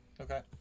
Okay